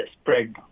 spread